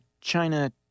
China –